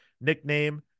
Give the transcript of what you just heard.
nickname